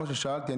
מה ששאלתי,